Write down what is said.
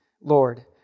Lord